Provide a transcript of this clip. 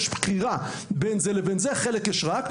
בחלקם יש בחירה בין בגרות ישראלית לבגרות הפלסטינית.